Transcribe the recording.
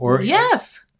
Yes